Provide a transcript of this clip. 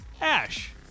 Ash